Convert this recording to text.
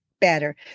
better